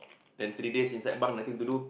then three days inside bunk nothing to do